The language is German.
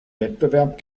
wettbewerb